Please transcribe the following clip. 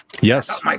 yes